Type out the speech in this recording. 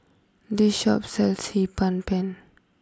this Shop sells Hee Pan Pen